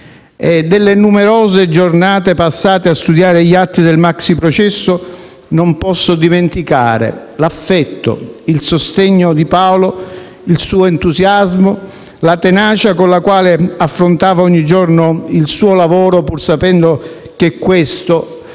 delle numerose giornate passate a studiare gli atti del maxiprocesso non posso dimenticare l'affetto e il sostegno di Paolo, il suo entusiasmo e la tenacia con cui affrontava ogni giorno il suo lavoro, pur sapendo che questo